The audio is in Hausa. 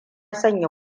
sanya